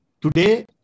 Today